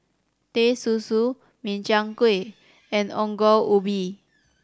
Teh Susu Min Chiang Kueh and Ongol Ubi